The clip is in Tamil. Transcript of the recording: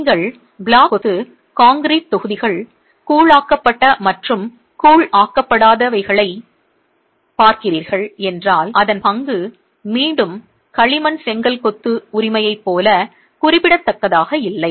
நீங்கள் பிளாக் கொத்து கான்கிரீட் தொகுதிகள் கூழ் ஆக்கப்பட்ட மற்றும் கூழ் ஆக்கப்படாத வைளைப் பார்க்கிறீர்கள் என்றால் அதன் பங்கு மீண்டும் களிமண் செங்கல் கொத்து உரிமையைப் போல குறிப்பிடத்தக்கதாக இல்லை